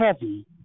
heavy